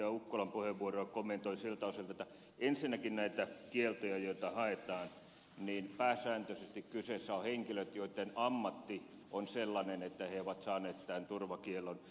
ukkolan puheenvuoroa kommentoin siltä osalta että ensinnäkin kun näitä kieltoja haetaan pääsääntöisesti kyseessä ovat henkilöt joiden ammatti on sellainen että he ovat saaneet tämän turvakiellon